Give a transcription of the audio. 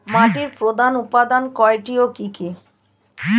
মাটির প্রধান উপাদান কয়টি ও কি কি?